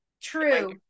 true